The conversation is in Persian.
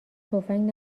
تفنگ